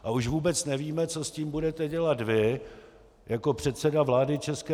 A už vůbec nevíme, co s tím budete dělat vy jako předseda vlády ČR.